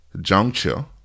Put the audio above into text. juncture